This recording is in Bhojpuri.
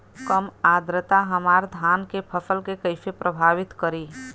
कम आद्रता हमार धान के फसल के कइसे प्रभावित करी?